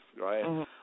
right